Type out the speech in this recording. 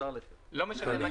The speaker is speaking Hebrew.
אפשר לחיות.